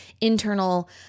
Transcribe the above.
internal